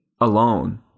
alone